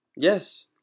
Yes